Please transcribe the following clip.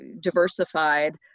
diversified